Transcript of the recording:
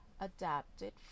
adapted